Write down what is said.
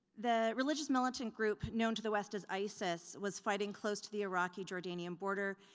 the religious militant group known to the west as isis was fighting close to the iraqi-jordanian border,